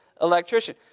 electrician